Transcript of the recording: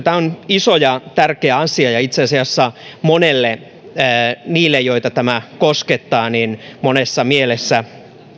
tämä on iso ja tärkeä asia ja itse asiassa monelle niistä joita tämä koskettaa monessa mielessä